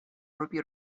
ruby